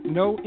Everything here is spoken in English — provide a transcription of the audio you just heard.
no